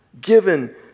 given